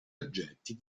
oggetti